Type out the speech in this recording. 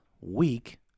week